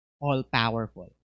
all-powerful